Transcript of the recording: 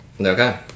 Okay